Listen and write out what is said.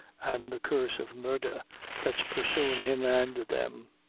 an' the curse of murdher that's pursuin' him and them.